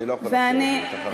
אני לא יכול לתת לך לסיים.